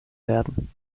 werden